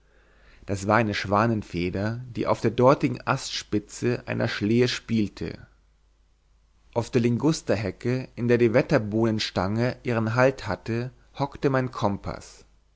das war eine schwanenfeder die auf der dornigen astspitze einer schlehe spielte auf der ligusterhecke in der die wetter bohnen stange ihren halt hatte hockte mein kompaß